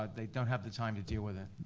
ah they don't have the time to deal with it.